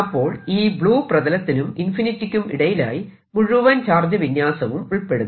അപ്പോൾ ഈ ബ്ലൂ പ്രതലത്തിനും ഇൻഫിനിറ്റിക്കും ഇടയിലായി മുഴുവൻ ചാർജ് വിന്യാസവും ഉൾപ്പെടുന്നു